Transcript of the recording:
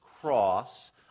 cross